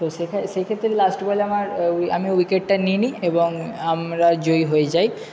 তো সেই ক্ষেত্রে লাস্ট বলে আমার ওই আমি উইকেটটা নিয়ে নিই এবং আমরা জয়ী হয়ে যাই